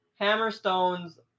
Hammerstone's